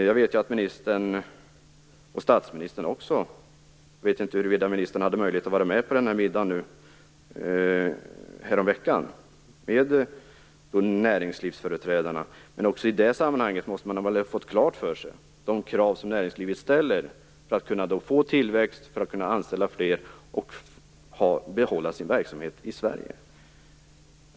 Jag vet inte huruvida ministern hade möjlighet att vara med på middagen häromveckan med näringslivsföreträdarna, men också i det sammanhanget måste man ha fått klart för sig de krav som näringslivet ställer för att kunna få tillväxt, för att kunna anställa fler och för att behålla sin verksamhet i Sverige.